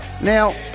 Now